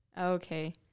okay